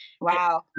Wow